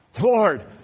Lord